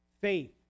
faith